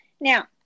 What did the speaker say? Now